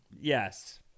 Yes